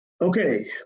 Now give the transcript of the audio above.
Okay